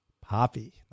Poppy